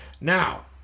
Now